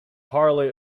harley